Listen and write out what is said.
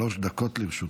בבקשה, שלוש דקות לרשותך.